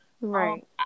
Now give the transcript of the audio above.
Right